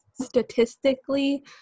statistically